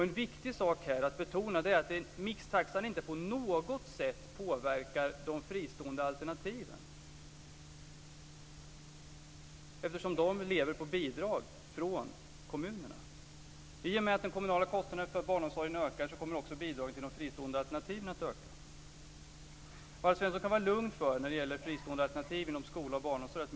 En viktig sak att betona är att mixtaxan inte på något sätt påverkar de fristående alternativen eftersom de lever på bidrag från kommunerna. I och med att de kommunala kostnaderna för barnomsorgen ökar kommer också bidragen till de fristående alternativen att öka. Alf Svensson kan när det gäller fristående alternativ inom skola och barnomsorg vara lugn.